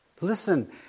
Listen